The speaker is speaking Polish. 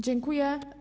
Dziękuję.